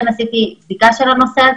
כן עשיתי בדיקה של הנושא.